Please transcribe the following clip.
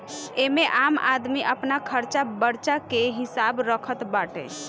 एमे आम आदमी अपन खरचा बर्चा के हिसाब रखत बाटे